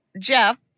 Jeff